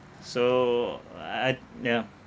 so I yeah